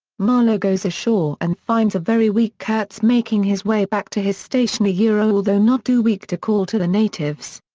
marlow goes ashore and finds a very weak kurtz making his way back to his station yeah although not too weak to call to the natives.